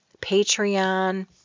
Patreon